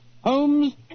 Holmes